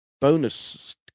bonus